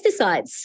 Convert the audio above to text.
pesticides